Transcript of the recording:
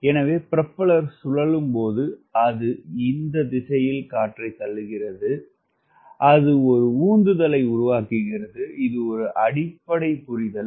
எனவே புரோப்பல்லர் சுழலும் போது அது இந்த திசையில் காற்றைத் தள்ளுகிறது அது ஒரு உந்துதலை உருவாக்குகிறது இது ஒரு அடிப்படை புரிதல்